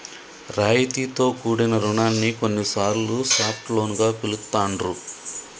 రాయితీతో కూడిన రుణాన్ని కొన్నిసార్లు సాఫ్ట్ లోన్ గా పిలుత్తాండ్రు